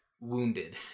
wounded